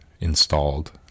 installed